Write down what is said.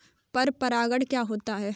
पर परागण क्या है?